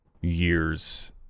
years